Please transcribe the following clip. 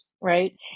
right